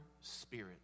Spirit